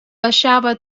baixava